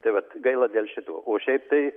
tai vat gaila dėl šitų o šiaip tai